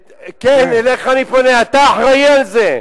אליך אני פונה, אתה אחראי על זה.